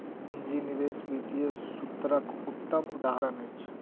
पूंजी निवेश वित्तीय सूत्रक उत्तम उदहारण अछि